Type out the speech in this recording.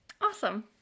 Awesome